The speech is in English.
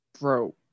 bro